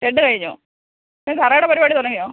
shed കഴിഞ്ഞു ഇനി തറയുടെ പരിപാടി തുടങ്ങിയോ